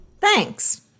Thanks